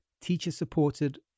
teacher-supported